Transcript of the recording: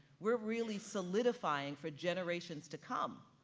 we're really solidifying for generations to come,